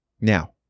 Now